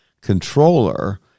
controller